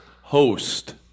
Host